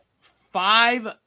five